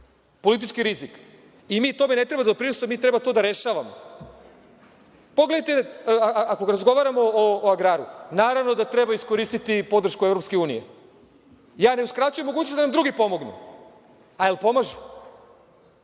Politički rizik. Mi tome ne treba da doprinosimo, mi treba to da rešavamo. Ako razgovaramo o agraru, naravno da treba iskoristiti podršku EU. Ja ne uskraćujem mogućnost da nam drugi pomognu. A, jel pomažu?